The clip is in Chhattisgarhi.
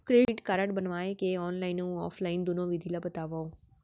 क्रेडिट कारड बनवाए के ऑनलाइन अऊ ऑफलाइन दुनो विधि ला बतावव?